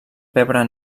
pebre